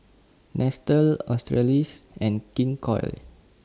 Nestle Australis and King Koil